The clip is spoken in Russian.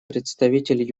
представитель